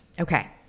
Okay